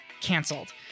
canceled